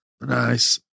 Nice